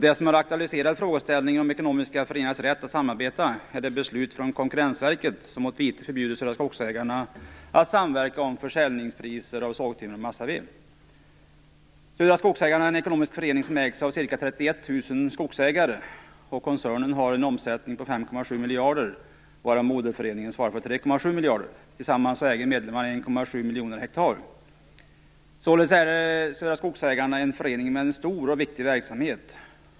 Det som har aktualiserat frågan om ekonomiska föreningars rätt att samarbeta är det beslut från Konkurrensverket som förbjudit Södra Skogsägarna att samverka om försäljningspriser för såg, timmer och massaved. Södra Skogsägarna är en ekonomisk förening som ägs av ca 31 000 skogsägare. Koncernen har en omsättning på 5,7 miljarder varav moderföreningen svarar för 3,7 miljarder. Tillsammans äger medlemmarna 1,7 miljoner hektar. Således är Södra Skogsägarna en förening med en stor och viktig verksamhet.